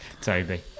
Toby